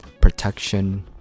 protection